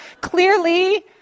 clearly